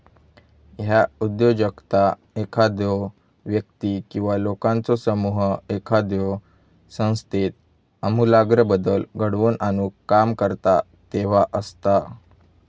ह्या उद्योजकता एखादो व्यक्ती किंवा लोकांचो समूह एखाद्यो संस्थेत आमूलाग्र बदल घडवून आणुक काम करता तेव्हा असता